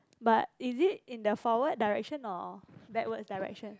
but is it in the forwards direction or backwards direction